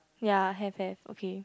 ya have have okay